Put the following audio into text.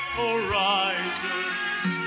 horizons